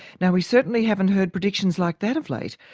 now, we certainly haven't heard predictions like that of late,